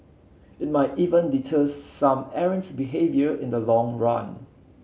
it might even deter some errant behaviour in the long run